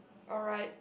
alright